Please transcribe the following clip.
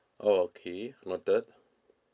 oh okay noted